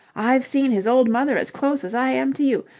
i've seen his old mother as close as i am to you.